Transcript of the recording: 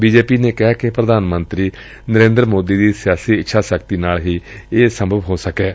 B J P ਨੇ ਕਿਹੈ ਕਿ ਪੁਧਾਨ ਮੰਤਰੀ ਨਰੇਂਦਰ ਮੋਦੀ ਦੀ ਸਿਆਸੀ ਇੱਛਾ ਸ਼ਕਤੀ ਨਾਲ ਹੀ ਇਹ ਸੰਭਵ ਹੋਇਐ